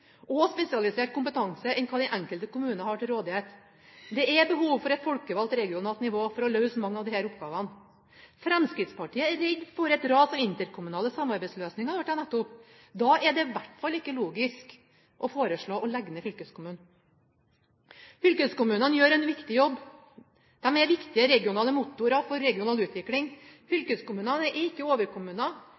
og spesialisert kompetanse enn hva den enkelte kommune har til rådighet. Det er behov for et folkevalgt regionalt nivå for å løse mange av disse oppgavene. Fremskrittspartiet er redd for et ras av interkommunale samarbeidsløsninger, hørte jeg nettopp. Da er det i hvert fall ikke logisk å foreslå å legge ned fylkeskommunen. Fylkeskommunene gjør en viktig jobb. De er viktige regionale motorer for regional utvikling. Fylkeskommunene er ikke